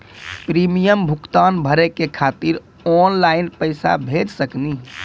Premium भुगतान भरे के खातिर ऑनलाइन पैसा भेज सकनी?